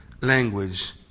language